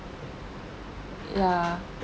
ya